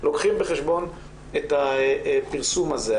שלוקחים בחשבון את הפרסום הזה.